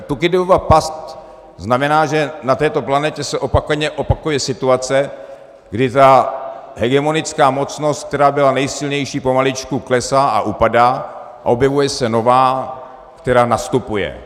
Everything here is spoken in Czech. Thúkýdidova past znamená, že na této planetě se opakovaně opakuje situace, kdy ta hegemonická mocnost, která byla nejsilnější, pomaličku klesá a upadá a objevuje se nová, která nastupuje.